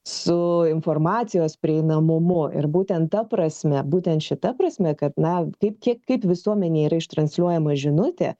su informacijos prieinamumu ir būtent ta prasme būtent šita prasme kad na kaip kiek kaip visuomenei yra ištransliuojama žinutė